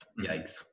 Yikes